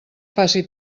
faci